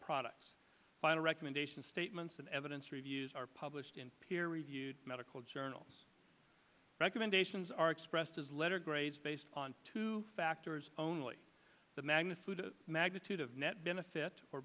product final recommendation statements and evidence reviews are published in peer reviewed medical journals recommendations are expressed as letter grades based on two factors only the magnitude of magnitude of net benefit or